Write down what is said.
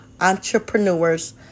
entrepreneurs